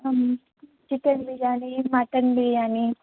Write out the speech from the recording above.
chicken biryani mutton biryani